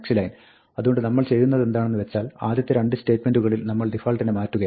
"' അതുകൊണ്ട് നമ്മൾ ചെയ്യുന്നതെന്താണെന്ന് വെച്ചാൽ ആദ്യത്തെ രണ്ട് സ്റ്റേറ്റ്മെന്റുകളിൽ നമ്മൾ ഡിഫാൾട്ടിനെ മാറ്റുകയാണ്